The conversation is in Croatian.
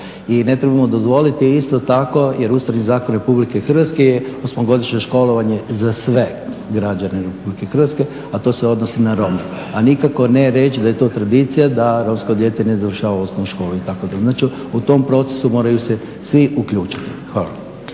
I ne trebamo dozvoliti isto tako jer Ustavni zakon RH je 8-godišnje školovanje za sve građane RH, a to se odnosi na Rome. A nikako reći da je to tradicija da romsko dijete ne završava osnovnu školu itd. Znači, u tom procesu moraju se svi uključiti. Hvala.